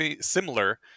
similar